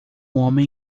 homem